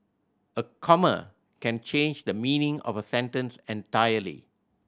a comma can change the meaning of a sentence entirely